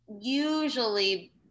usually